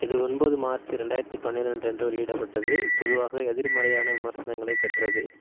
இது ஒன்பது மார்ச் ரெண்டாயிரத்தி பன்னிரெண்டு அன்று வெளியிடப்பட்டது பொதுவாகவே எதிர்மறையான விமர்சனங்களைப் பெற்றது